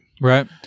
Right